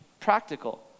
practical